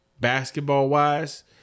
basketball-wise